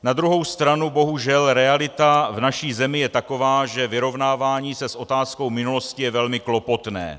Na druhou stranu bohužel realita v naší zemi je taková, že vyrovnávání se s otázkou minulosti je velmi klopotné.